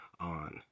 on